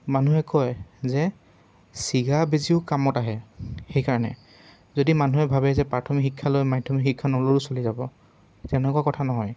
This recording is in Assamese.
মানুহে কয় যে ছিগা বেজীও কামত আহে সেইকাৰণে যদি মানুহে ভাবে যে প্ৰাথমিক শিক্ষা লৈ মাধ্যমিক শিক্ষা নল'লেও চলি যাব তেনেকুৱা কথা নহয়